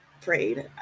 prayed